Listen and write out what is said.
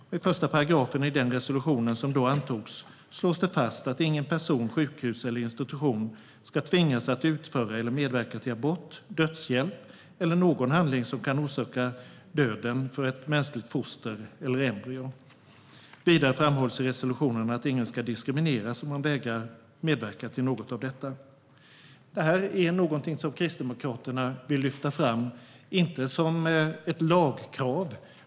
I den första paragrafen i den resolution som då antogs slås det fast att ingen person, inget sjukhus och ingen institution ska tvingas att utföra eller medverka till abort, dödshjälp eller någon handling som kan orsaka döden för ett mänskligt foster eller embryo. Vidare framhålls i resolutionen att ingen ska diskrimineras som vägrar medverka till något av detta. Det här är någonting som Kristdemokraterna vill lyfta fram, dock inte som ett lagkrav.